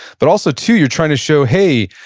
but, also, two, you're trying to show, hey,